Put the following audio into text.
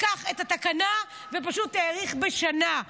לקח את התקנה ופשוט האריך בשנה.